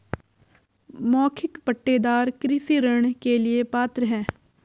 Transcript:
मौखिक पट्टेदार कृषि ऋण के लिए पात्र हैं